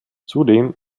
zudem